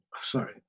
sorry